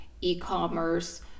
e-commerce